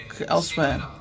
elsewhere